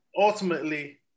ultimately